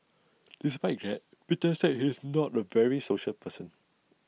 despite that Peter said he's not A very social person